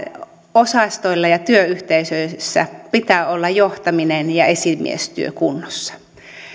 osastoilla ja työyhteisöissä pitää olla johtamisen ja esimiestyön kunnossa